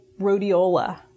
rhodiola